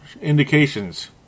indications